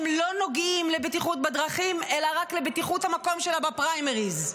הם לא נוגעים לבטיחות בדרכים אלא רק לבטיחות המקום שלה בפריימריז.